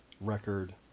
record